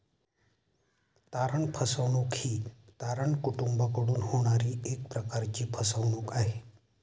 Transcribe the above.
तारण फसवणूक ही तारण कुटूंबाकडून होणारी एक प्रकारची फसवणूक आहे